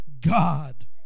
God